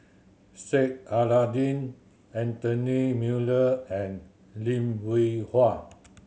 Sheik Alau'ddin Anthony Miller and Lim Hwee Hua